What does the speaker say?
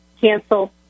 Cancel